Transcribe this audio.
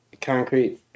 concrete